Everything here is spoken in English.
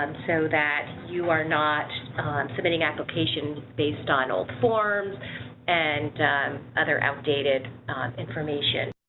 um so that you are not submitting applications based on old forms and other outdated information.